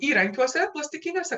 įrankiuose plastikiniuose